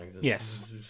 Yes